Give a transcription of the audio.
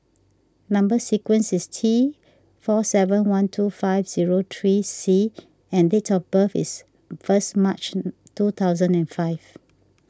Number Sequence is T four seven one two five zero three C and date of birth is first March two thousand and five